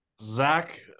Zach